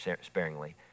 sparingly